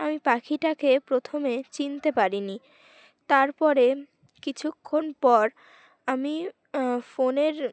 আমি পাখিটাকে প্রথমে চিনতে পারিনি তারপরে কিছুক্ষণ পর আমি ফোনের